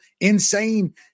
insane